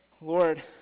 Lord